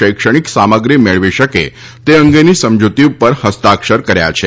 શૈક્ષણિક સામગ્રી મેળવી શકે તે અંગેની સમજૂતી ઉપર હસ્તાક્ષર કર્યા છે